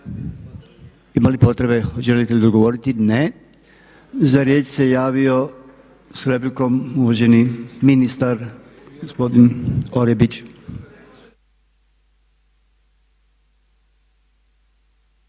Ima li potrebe, želite li govoriti? Ne. Za riječ se javio sa replikom uvaženi ministar gospodin Orepić.